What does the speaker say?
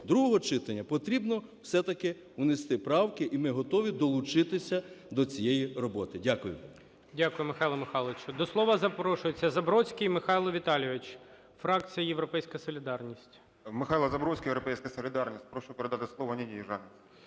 другого читання потрібно все-таки внести правки, і ми готові долучитися до цієї роботи. ГОЛОВУЮЧИЙ. Дякую, Михайло Михайлович. До слова запрошується Забродський Михайло Віталійович, фракція "Європейська солідарність". 13:17:25 ЗАБРОДСЬКИЙ М.В. Михайло Забродський, "Європейська солідарність". Прошу передати слово Ніні